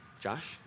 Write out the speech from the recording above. Josh